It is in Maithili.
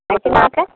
पोठियाके